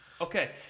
Okay